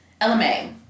LMA